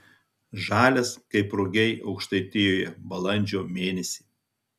žalias kaip rugiai aukštaitijoje balandžio mėnesį